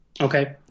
Okay